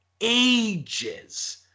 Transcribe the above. ages